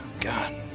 God